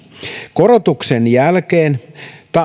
korotuksen jälkeen